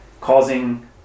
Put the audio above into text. causing